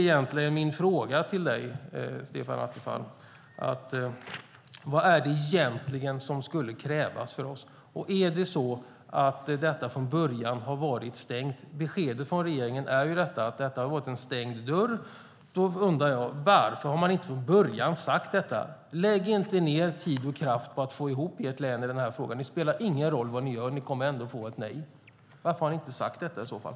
Min fråga till dig, Stefan Attefall, är: Vad är det egentligen som skulle krävas av oss? Är det så att detta från början har varit stängt? Beskedet från regeringen är ju att detta är en stängd dörr. Då undrar jag: Varför har man inte sagt detta från början: Lägg inte ned tid och kraft på att få ihop ert län i den här frågan! Det spelar ingen roll vad ni gör, för ni kommer ändå att få ett nej. Varför har ni inte sagt detta i så fall?